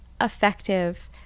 effective